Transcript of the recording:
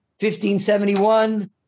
1571